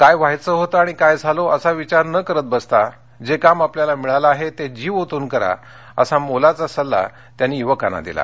काय व्हायचं होतं आणि काय झालो असाविचार करत न बसता जे काम आपल्याला मिळालंआहे ते जीव ओतून करा असा मोलाचा सल्ला त्यांनी युवकांना दिला